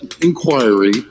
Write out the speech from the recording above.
inquiry